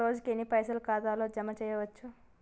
ఒక రోజుల ఎన్ని పైసల్ ఖాతా ల జమ చేయచ్చు?